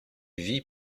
vie